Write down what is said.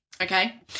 Okay